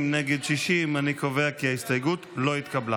נגד, 60. אני קובע כי ההסתייגות לא התקבלה.